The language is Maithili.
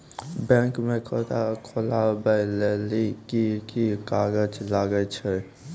बैंक म खाता खोलवाय लेली की की कागज लागै छै?